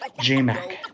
J-Mac